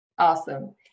Awesome